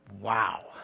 Wow